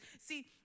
See